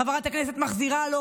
חברת הכנסת מחזירה לו.